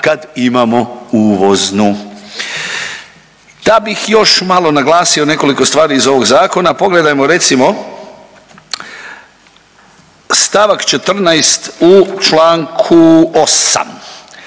kad imamo uvoznu. Da bih još malo naglasio nekoliko stvari iz ovog zakona pogledajmo recimo stavak 14. u Članku 8.